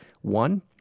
one